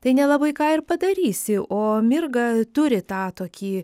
tai nelabai ką ir padarysi o mirga turi tą tokį